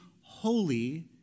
holy